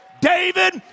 David